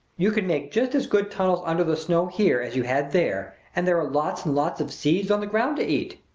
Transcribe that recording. you can make just as good tunnels under the snow here as you had there, and there are lots and lots of seeds on the ground to eat.